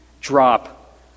drop